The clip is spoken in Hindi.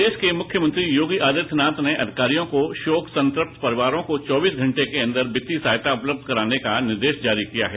प्रदेश के मुख्यमंत्री योगी आदित्यनाथ ने अधिकारियों को शोक संतप्त परिवारों को चौबीस घंटे के भीतर वित्तीय सहायता उपलब्ध कराने का निर्देश जारी किया है